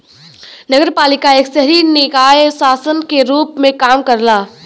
नगरपालिका एक शहरी निकाय शासन के रूप में काम करला